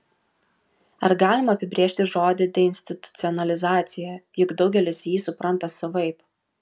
ar galima apibrėžti žodį deinstitucionalizacija juk daugelis jį supranta savaip